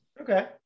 Okay